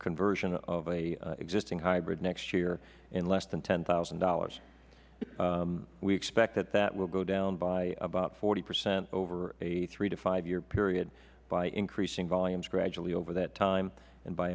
conversion of an existing hybrid next year of less than ten thousand dollars we expect that that will go down by about forty percent over a three to five year period by increasing volumes gradually over that time and b